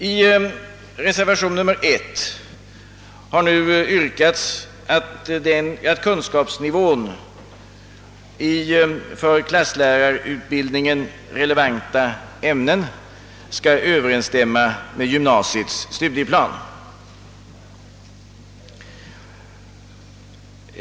I reservation nr 1 har nu yrkats att kunskapsnivån i för klasslärarutbildningen relevanta ämnen skall överensstämma med gymnasiets studieplan.